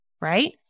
right